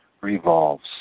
revolves